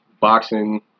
boxing